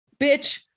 bitch